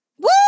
woo